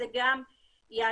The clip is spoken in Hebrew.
זה גם יעזור,